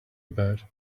about